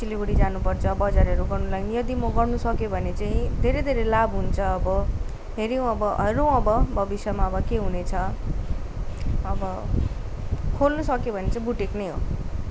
सिलगडी जानुपर्छ बजारहरू गर्नु लागि यदि म गर्नु सकेँ भने चाहिँ धेरै धेरै लाभ हुन्छ अब फेरि अब हेरौँ अब भविष्यमा अब के हुने छ अब खोल्नु सक्यो भने बुटिक नै हो